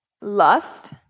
lust